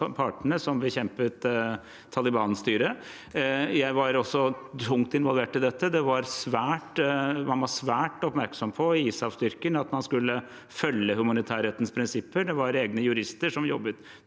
som bekjempet Taliban-styret. Jeg var også tungt involvert i dette. Man var svært oppmerksom på ISAF-styrken og at man skulle følge humanitærrettens prinsipper. Det var egne jurister som jobbet